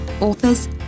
authors